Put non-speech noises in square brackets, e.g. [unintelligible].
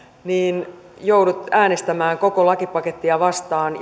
niin joudut äänestämään koko lakipakettia vastaan [unintelligible]